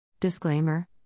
Disclaimer